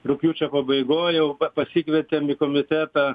rugpjūčio pabaigoj jau pasikvietėm į komitetą